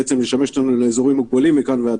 כשנגיע לשלבים הנוספים כמו למשל כיתות א' עד